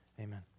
Amen